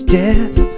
death